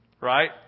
right